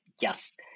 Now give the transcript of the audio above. yes